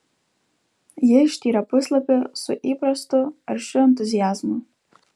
ji ištyrė puslapį su įprastu aršiu entuziazmu